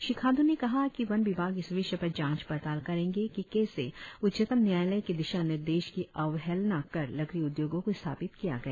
श्री खांडू ने बताया कि वन विभाग इस विषय पर जांच पड़ताल करेंगे कि कैसे उच्चतम न्यायालय के दिशानिर्देश की अवहेलना कर लकड़ी उद्योगों को स्थापित किया गया